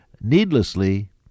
Needlessly